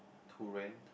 to rent